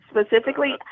specifically